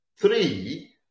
three